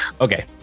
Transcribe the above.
Okay